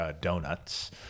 donuts